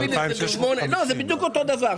זה בדיוק אותו הדבר.